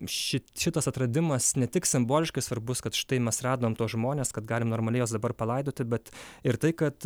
ši šitas atradimas ne tik simboliškai svarbus kad štai mes radom tuos žmones kad galim normaliai juos dabar palaidoti bet ir tai kad